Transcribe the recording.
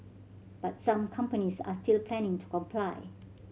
but some companies are still planning to comply